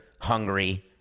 hungry